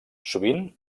sovint